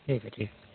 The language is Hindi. ठीक है ठीक है